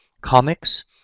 comics